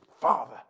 Father